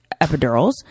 epidurals